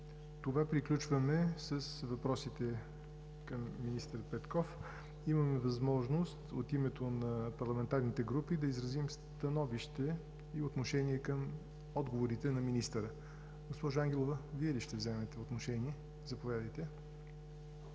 това приключваме с въпросите към министър Петков. Има възможност от името на парламентарните групи да изразим становище и отношение към отговорите на министъра. Госпожо Ангелова, заповядайте